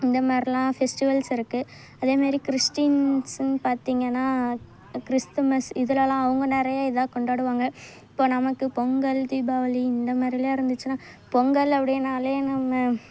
இந்தமாதிரிலாம் ஃபெஸ்டிவல்ஸ் இருக்குது அதேமாரி கிறிஸ்டின்ஸுன்னு பார்த்திங்கன்னா கிறிஸ்துமஸ் இதிலல்லாம் அவங்க நிறையா இதாக கொண்டாடுவாங்க இப்போது நமக்கு பொங்கல் தீபாவளி இந்தமாதிரிலாம் இருந்துச்சுனா பொங்கல் அப்படின்னாலே நம்ம